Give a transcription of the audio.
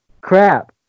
crap